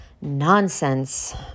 nonsense